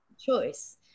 choice